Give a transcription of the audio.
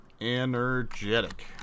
energetic